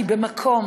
כי במקום